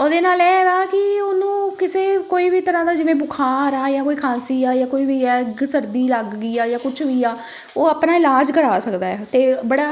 ਉਹਦੇ ਨਾਲ ਇਹ ਵਾ ਕਿ ਉਹਨੂੰ ਕਿਸੇ ਕੋਈ ਵੀ ਤਰ੍ਹਾਂ ਦਾ ਜਿਵੇਂ ਬੁਖਾਰ ਆ ਜਾਂ ਕੋਈ ਖਾਂਸੀ ਆ ਜਾਂ ਕੋਈ ਵੀ ਹੈ ਸਰਦੀ ਲੱਗ ਗਈ ਆ ਜਾਂ ਕੁਛ ਵੀ ਆ ਉਹ ਆਪਣਾ ਇਲਾਜ ਕਰਵਾ ਸਕਦਾ ਅਤੇ ਬੜਾ